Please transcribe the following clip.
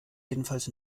jedenfalls